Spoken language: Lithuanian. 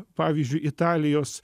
pavyzdžiui italijos